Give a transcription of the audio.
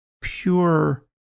pure